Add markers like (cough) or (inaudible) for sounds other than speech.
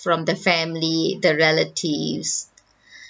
from the family the relatives (breath)